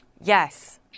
Yes